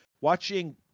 Watching